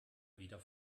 wieder